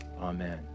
Amen